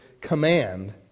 command